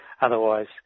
Otherwise